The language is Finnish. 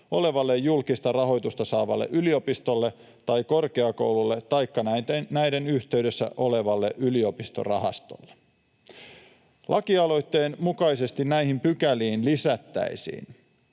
olevalle julkista rahoitusta saavalle yliopistolle tai korkeakoululle taikka näiden yhteydessä olevalle yliopistorahastolle. Lakialoitteen mukaisesti näihin pykäliin lisättäisiin,